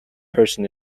person